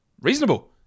Reasonable